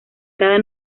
cada